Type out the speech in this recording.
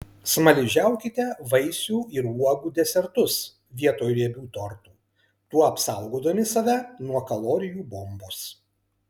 smaližiaukite vaisių ir uogų desertus vietoj riebių tortų tuo apsaugodami save nuo kalorijų bombos